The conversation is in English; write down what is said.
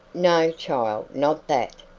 no, child, not that.